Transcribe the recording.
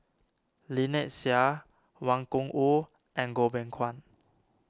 Lynnette Seah Wang Gungwu and Goh Beng Kwan